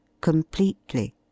completely